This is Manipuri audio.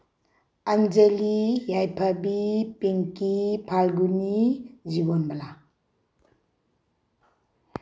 ꯑꯟꯖꯂꯤ ꯌꯥꯏꯐꯕꯤ ꯄꯤꯡꯀꯤ ꯐꯥꯜꯒꯨꯅꯤ ꯖꯤꯕꯣꯟꯕꯂꯥ